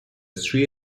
three